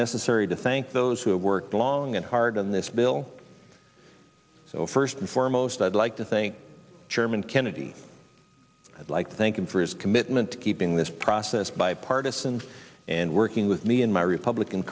necessary to thank those who have worked long and hard on this bill so first and foremost i'd like to think chairman kennedy i'd like to thank him for his commitment to keeping this process bipartisan and working with me and my republican